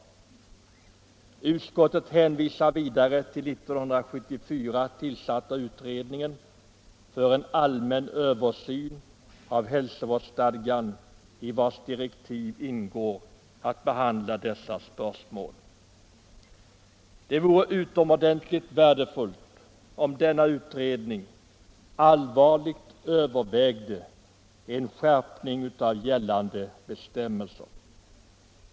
Utskottet hänvisar vidare till den 1974 tillsatta utredningen för en allmän översyn av hälsovårdsstadgan, i vars direktiv ingår att behandla dessa spörsmål. Det vore utomordentligt värdefullt om denna utredning allvarligt övervägde en skärpning av gällande bestämmelser.